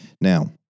Now